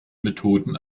methoden